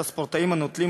שלי ושל חבר הכנסת מיקי זוהר